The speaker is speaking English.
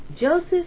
Joseph